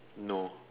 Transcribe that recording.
no